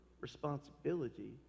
responsibility